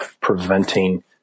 preventing